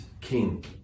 king